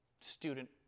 student